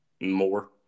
more